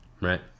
Right